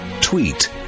Tweet